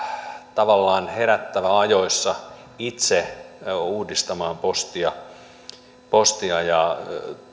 tavallaan herättävä ajoissa itse uudistamaan postia postia ja